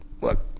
look